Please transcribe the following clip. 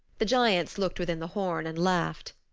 the giants looked within the horn and laughed.